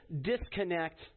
disconnect